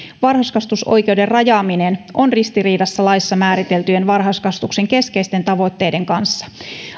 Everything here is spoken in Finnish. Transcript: varhaiskasvatusoikeuden rajaaminen on ristiriidassa laissa määriteltyjen varhaiskasvatuksen keskeisten tavoitteiden kanssa